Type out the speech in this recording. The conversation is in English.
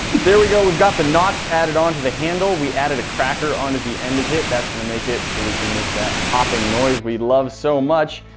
there we go. we've got the knots added onto the handle. we added a cracker onto the end of it that's going to make it so we can make that popping noise we love so much.